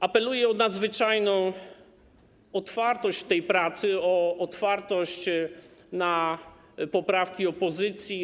Apeluję o nadzwyczajną otwartość przy tej pracy, o otwartość na poprawki opozycji.